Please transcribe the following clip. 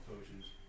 potions